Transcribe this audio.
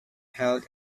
held